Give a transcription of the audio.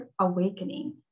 awakening